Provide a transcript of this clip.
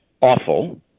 awful